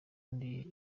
ndi